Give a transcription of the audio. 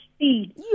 speed